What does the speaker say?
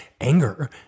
anger